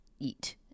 eat